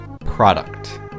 product